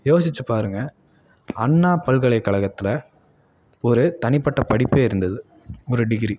யோசித்து பாருங்கள் அண்ணா பல்கலைக்கழகத்தில் ஒரு தனிப்பட்ட படிப்பே இருந்தது ஒரு டிகிரி